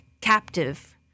captive